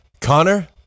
Connor